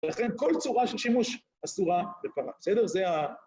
לכן כל צורה של שימוש אסורה בפרה, בסדר? זה ה...